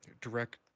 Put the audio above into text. direct